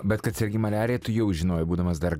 bet kad sergi maliarija tu jau žinojai būdamas dar